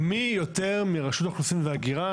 ומי יותר מרשות האוכלוסין וההגירה,